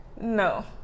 No